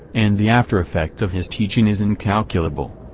and the after-effect of his teaching is incalculable.